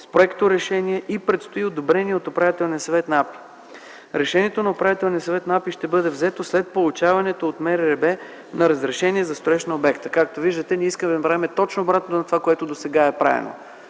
с проекторешение и престои одобрение от Управителния съвет на АПИ. Решението на Управителния съвет на АПИ ще бъде взето след получаването от МРРБ на разрешение за строеж на обекта. Както виждате, ние искаме да направим точно обратното на това, което е правено